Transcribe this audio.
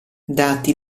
dati